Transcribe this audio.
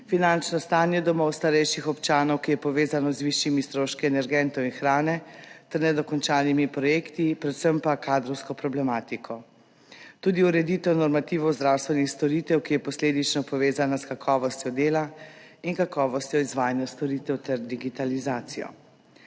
finančno stanje domov starejših občanov, ki je povezano z višjimi stroški energentov in hrane, ter nedokončanimi projekti, predvsem pa kadrovsko problematiko, tudi ureditev normativov zdravstvenih storitev, ki je posledično povezana s kakovostjo dela in kakovostjo izvajanja storitev ter digitalizacijo.